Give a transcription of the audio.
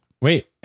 wait